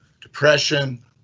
Depression